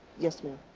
yes, ma'am.